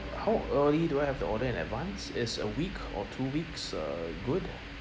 how early do I have to order in advance is a week or two weeks uh good